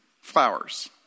flowers